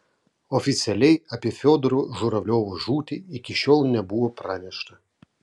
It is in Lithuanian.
oficialiai apie fiodoro žuravliovo žūtį iki šiol nebuvo pranešta